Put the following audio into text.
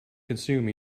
consume